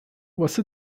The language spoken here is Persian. واسه